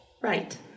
Right